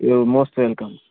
U most welcome